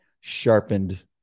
sharpened